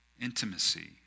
intimacy